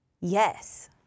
Yes